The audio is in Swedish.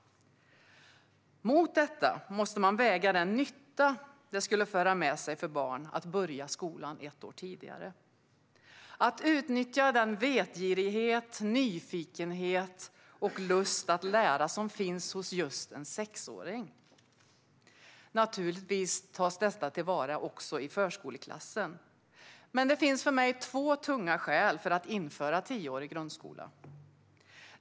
Mot detta måste man väga den nytta det skulle kunna föra med sig för barn att få börja i skolan ett år tidigare och att utnyttja den vetgirighet, nyfikenhet och lust att lära som finns hos just en sexåring. Naturligtvis tas detta till vara också i förskoleklass, men det finns för mig två tunga skäl för att införa tioårig grundskola.